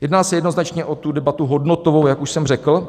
Jedná se jednoznačně o debatu hodnotovou, jak už jsem řekl.